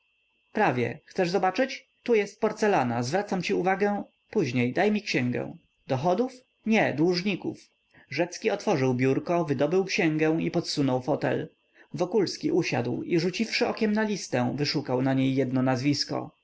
prawie chcesz zobaczyć tu jest porcelana zwracam ci uwagę później daj mi księgę dochodów nie dłużników rzecki otworzył biurko wydobył księgę i podsunął fotel wokulski usiadł i rzuciwszy okiem na listę wyszukał w niej jedno nazwisko